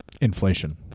Inflation